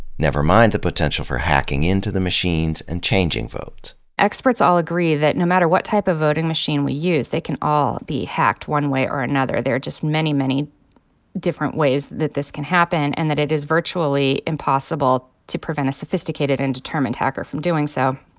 nevermind the potential for hacking into the machines and changing votes experts all agree that no matter what type of voting machine we use, they can all be hacked one way or another. there are just many, many different ways that this can happen and that it is virtually impossible to prevent a sophisticated and determined hacker from doing so.